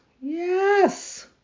Yes